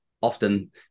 often